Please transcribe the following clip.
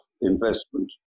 investment